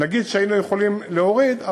נגיד שהיינו יכולים להוריד,